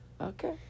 Okay